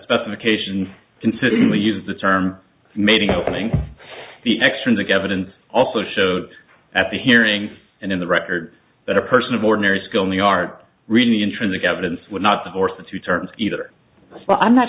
specifications consider the use the term mating opening the extrinsic evidence also showed at the hearing and in the record that a person of ordinary skill in the art reading intrinsic evidence would not divorce the two terms either but i'm not